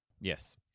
yes